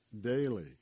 daily